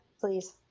please